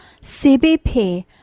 CBP